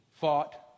fought